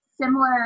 similar